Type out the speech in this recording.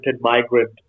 migrant